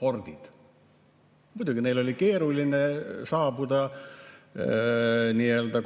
hordid. Muidugi, neil oli keeruline saada